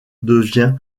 devient